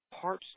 parts